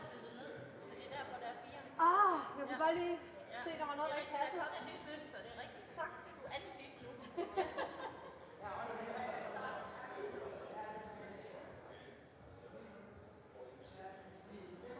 og det er derfor, der bliver